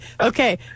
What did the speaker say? Okay